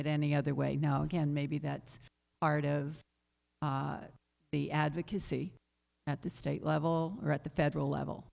it any other way now again maybe that's part of the advocacy at the state level or at the federal level